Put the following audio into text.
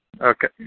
Okay